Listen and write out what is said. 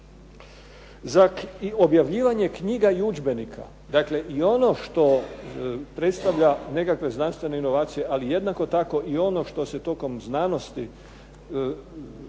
Za objavljivanje knjiga i udžbenika, dakle i ono što predstavlja nekakve znanstvene inovacije, ali jednako tako i ono što se tokom znanosti